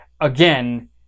again